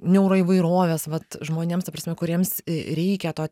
neuroįvairovės vat žmonėms ta prasme kuriems reikia to